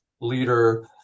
leader